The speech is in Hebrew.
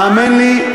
מה